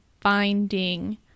finding